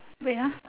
wait ah